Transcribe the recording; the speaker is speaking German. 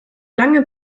lange